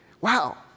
wow